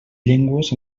llengües